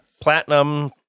Platinum